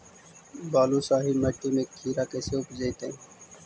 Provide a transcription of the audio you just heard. बालुसाहि मट्टी में खिरा कैसे उपजतै?